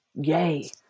Yay